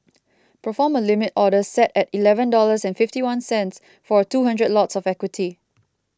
perform a Limit Order set at eleven dollars and fifty one cents for two hundred lots of equity